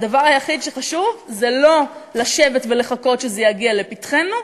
הדבר היחיד שחשוב זה לא לשבת ולחכות שזה יגיע לפתחנו.